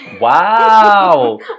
Wow